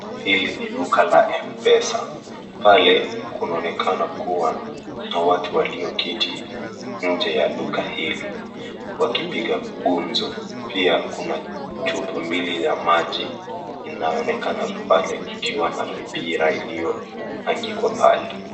Hili ni duka la mpesa, pale kunaonekana kuwa na watu walioketi nje ya duka hili wakipiga gumzo. Pia kuna chupa mbili ya maji inazoonekana ikiwa na mipira iliyoangikwa pale.